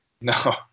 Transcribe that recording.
No